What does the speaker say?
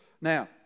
Now